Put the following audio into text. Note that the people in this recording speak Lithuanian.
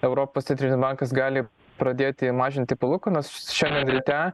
europos centrinis bankas gali pradėti mažinti palūkanas šiandien ryte